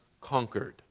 conquered